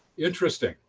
interesting.